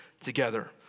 together